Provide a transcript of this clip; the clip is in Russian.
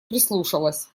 прислушалась